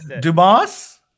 Dumas